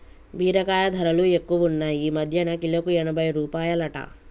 బీరకాయ ధరలు ఎక్కువున్నాయ్ ఈ మధ్యన కిలోకు ఎనభై రూపాయలట